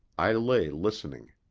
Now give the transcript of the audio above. i lay listening.